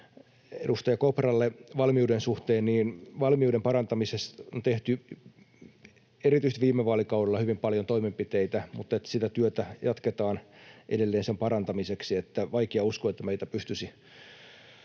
Edustaja Kopralle valmiuden suhteen: Valmiuden parantamiseksi on tehty erityisesti viime vaalikaudella hyvin paljon toimenpiteitä, mutta työtä jatketaan edelleen sen parantamiseksi. Vaikea uskoa, että meitä pystyttäisiin